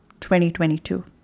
2022